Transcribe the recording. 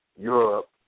Europe